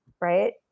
right